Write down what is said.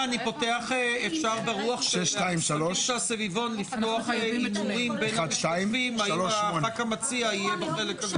מה שאפשר לנסות לקלקל, נקלקל, למה לא, בוודאי.